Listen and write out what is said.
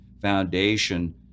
foundation